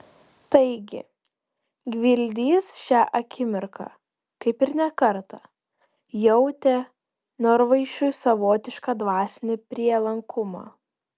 taigi gvildys šią akimirką kaip ir ne kartą jautė norvaišui savotišką dvasinį prielankumą